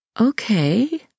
Okay